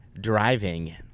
driving